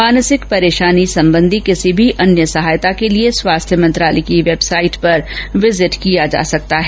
मानसिक परेशानी संबंधी किसी भी अन्य सहायता के लिए स्वास्थ्य मंत्रालय की वेबसाइट उवीण्हिवअण्पद पर विजिट किया जा सकता है